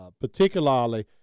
particularly